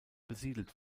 besiedelt